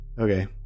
Okay